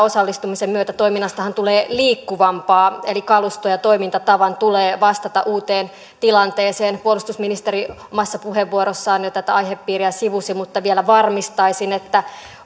osallistumisen myötähän toiminnasta tulee liikkuvampaa eli kaluston ja toimintatavan tulee vastata uuteen tilanteeseen puolustusministeri omassa puheenvuorossaan jo tätä aihepiiriä sivusi mutta vielä varmistaisin että